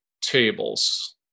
tables